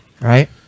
Right